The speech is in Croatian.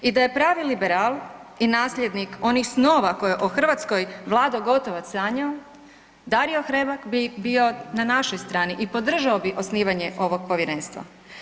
I da je pravi liberal i nasljednik onih snova koje je o Hrvatskoj Vlado Gotovac sanjao, Dario Hrebak bi bio na našoj strani i podržao bi osnivanje ovog povjerenstva.